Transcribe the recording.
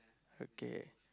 okay